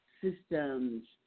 systems